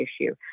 issue